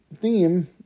theme